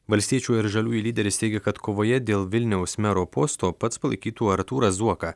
valstiečių ir žaliųjų lyderis teigia kad kovoje dėl vilniaus mero posto pats palaikytų artūrą zuoką